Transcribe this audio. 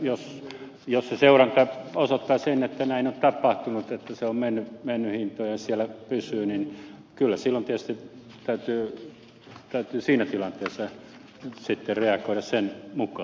silloin jos se seuranta osoittaa sen että näin on tapahtunut että alennus on mennyt hintoihin ja siellä pysyy niin kyllä tietysti täytyy siinä tilanteessa reagoida sen mukaan